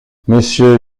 monsieur